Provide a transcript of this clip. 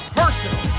personal